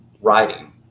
writing